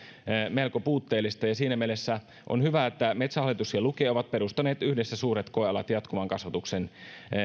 melko puutteellista ja siinä mielessä on hyvä että metsähallitus ja luke ovat perustaneet yhdessä suuret koealat jatkuvan kasvatuksen